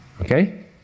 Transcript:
Okay